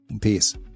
peace